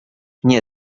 nie